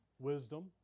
Wisdom